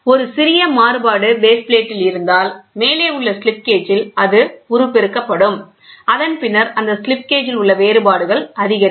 ஒரு சிறிய மாறுபாடு பேஸ் பிளேட் இருந்தால் மேலே உள்ள ஸ்லிப் கேஜ் இல் அது உருப்பெருக்கப்படும் அதன்பின்னர் அந்த ஸ்லிப் கேஜ் உள்ள வேறுபாடுகள் அதிகரிக்கும்